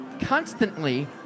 constantly